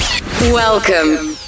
Welcome